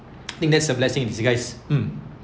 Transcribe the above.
I think that's a blessing in disguise